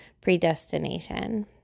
predestination